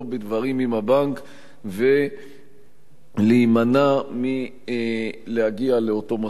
לאפשר לו לבוא בדברים עם הבנק ולהימנע מלהגיע לאותו מצב.